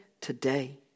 today